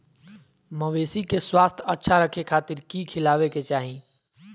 मवेसी के स्वास्थ्य अच्छा रखे खातिर की खिलावे के चाही?